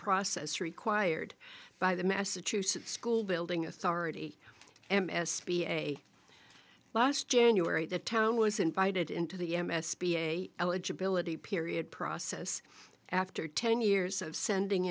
process required by the massachusetts school building authority m s b a last january the town was invited into the m s p a eligibility period process after ten years of sending